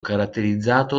caratterizzato